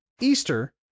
Easter